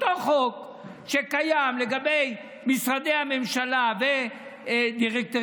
אותו חוק שקיים לגבי משרדי הממשלה ודירקטוריונים,